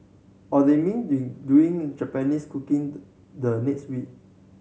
or they may doing Japanese cooking the next week